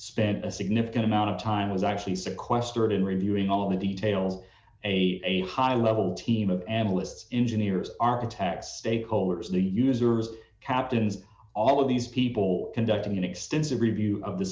spent a significant amount of time was actually sequestered in reviewing all the details a high level team of analysts engineers architects stakeholders the users captains all of these people conducting an extensive review of the